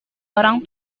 orang